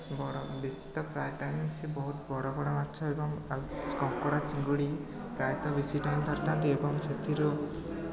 ବଡ଼ ବେଶୀ ତ ପ୍ରାୟ ଟାଇମ୍ ସେ ବହୁତ ବଡ଼ ବଡ଼ ମାଛ ଏବଂ ଆଉ କଙ୍କଡ଼ା ଚିଙ୍ଗୁଡ଼ି ପ୍ରାୟତଃ ବେଶୀ ଟାଇମ୍ ଧରିଥାନ୍ତି ଏବଂ ସେଥିରୁ